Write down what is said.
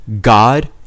God